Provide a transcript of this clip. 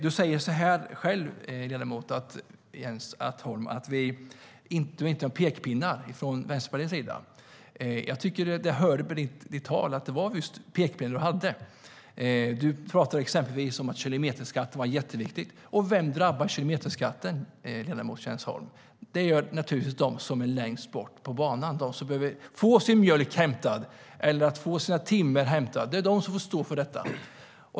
Du säger själv, ledamot Jens Holm, att det inte kommer några pekpinnar från Vänsterpartiets sida. Jag tycker att jag i ditt anförande hörde att det var just pekpinnar du hade. Du talade till exempel om att kilometerskatten var jätteviktig - och vem drabbas av kilometerskatten, Jens Holm? Det gör naturligtvis de som är längst bort på banan, alltså de som behöver få sin mjölk hämtad eller sitt timmer hämtat. Det är de som får stå för detta.